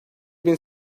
bin